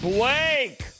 Blake